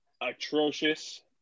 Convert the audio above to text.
atrocious